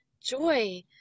joy